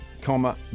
comma